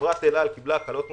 חברת אל על קיבלה הקלות נוספות.